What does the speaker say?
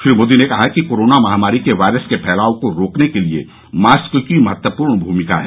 श्री मोदी ने कहा कि कोरोना महामारी के वायरस के फैलाव को रोकने के लिए मास्क की महत्वपूर्ण भूमिका है